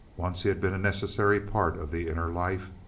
once he had been a necessary part of the inner life.